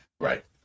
right